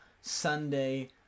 Sunday